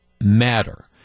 matter